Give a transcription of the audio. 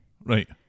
Right